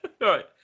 Right